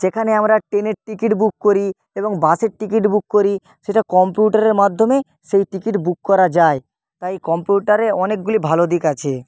যেখানে আমরা ট্রেনের টিকিট বুক করি এবং বাসের টিকিট বুক করি সেটা কম্পিউটারের মাধ্যমে সেই টিকিট বুক করা যায় তাই কম্পিউটারে অনেকগুলি ভালো দিক আছে